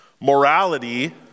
Morality